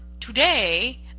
today